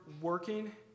working